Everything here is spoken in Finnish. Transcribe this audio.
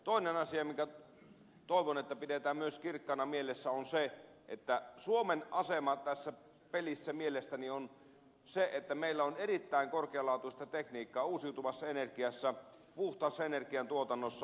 toinen asia minkä toivon pidettävän myös kirkkaana mielessä on se että suomen asema tässä pelissä mielestäni on se että meillä on erittäin korkealaatuista tekniikkaa uusiutuvassa energiassa puhtaassa energiantuotannossa